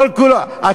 מה הבעיה עם החוק?